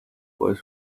was